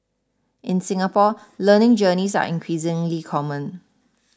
in Singapore learning journeys are increasingly common